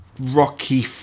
Rocky